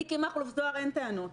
מיקי מכלוף זוהר אין טענות.